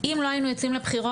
אם לא היינו יוצאים לבחירות,